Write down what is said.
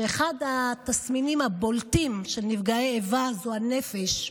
ואחד התסמינים הבולטים של נפגעי איבה הוא הנפש,